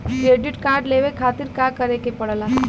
Credit card लेवे खातिर का करे के पड़ेला?